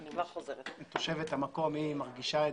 (היו"ר קרן ברק) קרן היא תושבת המקום והיא מרגישה את